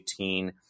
18